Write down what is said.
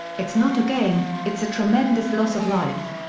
it's not a game, it's a tremendous loss of life.